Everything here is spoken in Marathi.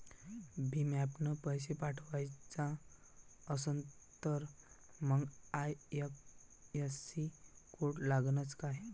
भीम ॲपनं पैसे पाठवायचा असन तर मंग आय.एफ.एस.सी कोड लागनच काय?